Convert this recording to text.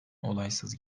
olaysız